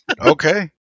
Okay